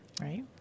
right